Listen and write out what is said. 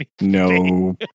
No